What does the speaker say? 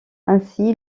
ainsi